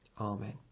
Amen